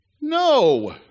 No